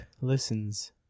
listens